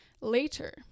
later